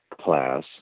class